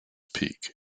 peak